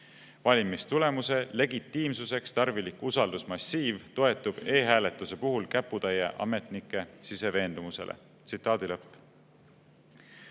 Valimistulemuse legitiimsuseks tarvilik usaldusmassiiv toetub e‑hääletuse puhul käputäie ametnike siseveendumusele." Samas ei